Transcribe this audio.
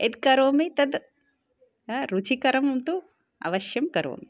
यत्करोमि तद् रुचिकरं तु अवश्यं करोमि